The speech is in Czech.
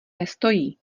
nestojí